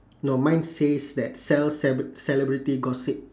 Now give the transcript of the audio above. no mine says that sell cebr~ celebrity gossip